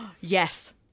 Yes